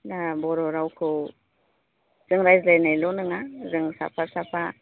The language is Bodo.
बर' रावखौ जों रायज्लायनायल' नङा जों साफा साफा